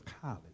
college